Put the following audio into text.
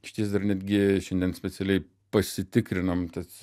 išties dar netgi šiandien specialiai pasitikrinom tas